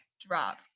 drop